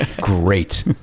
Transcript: great